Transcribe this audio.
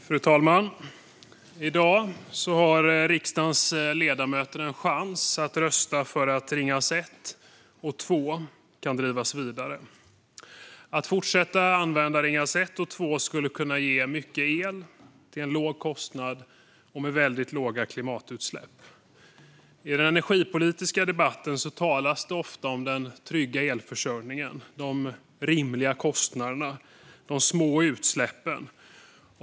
Statliga företag Fru talman! I dag har riksdagens ledamöter en chans att rösta för att Ringhals 1 och 2 kan drivas vidare. Att fortsätta använda Ringhals 1 och 2 skulle kunna ge mycket el till en låg kostnad och med väldigt låga klimatutsläpp. I den energipolitiska debatten talas det ofta om den trygga elförsörjningen, de rimliga kostnaderna och de små utsläppen.